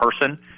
person